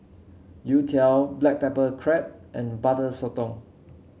youtiao Black Pepper Crab and Butter Sotong